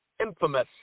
infamous